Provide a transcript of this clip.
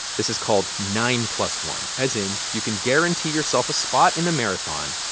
this is called nine plus one, as in you can guarantee yourself a spot in the marathon,